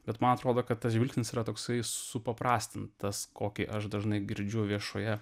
bet man atrodo kad tas žvilgsnis yra toks supaprastintas kokį aš dažnai girdžiu viešoje